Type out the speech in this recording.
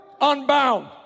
unbound